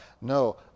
No